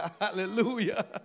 Hallelujah